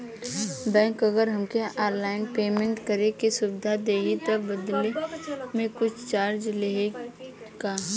Bank अगर हमके online payment करे के सुविधा देही त बदले में कुछ चार्जेस लेही का?